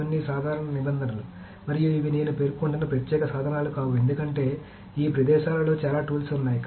ఇవన్నీ సాధారణ నిబంధనలు మరియు ఇవి నేను పేర్కొంటున్న ప్రత్యేక సాధనాలు కావు ఎందుకంటే ఈ ప్రదేశాలలో చాలా టూల్స్ ఉన్నాయి